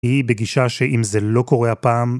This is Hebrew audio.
‫היא בגישה שאם זה לא קורה הפעם...